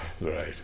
right